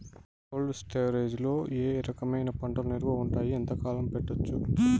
Cold storage లో ఏ రకమైన పంటలు నిలువ ఉంటాయి, ఎంతకాలం పెట్టొచ్చు?